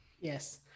yes